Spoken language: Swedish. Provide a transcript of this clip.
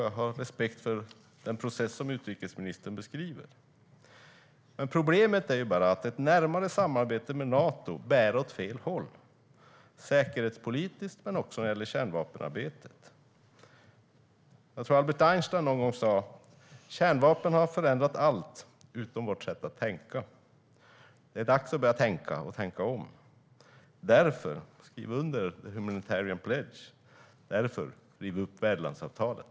Jag har respekt för den process som utrikesministern beskriver. Problemet är bara att ett närmare samarbete med Nato bär åt fel håll, både säkerhetspolitiskt och när det gäller kärnvapenarbetet. Albert Einstein sa en gång: Kärnvapen har förändrat allt utom vårt sätt att tänka. Det är dags att börja tänka och tänka om. Därför: Skriv under Humanitarian Pledge! Därför: Riv upp värdlandsavtalet!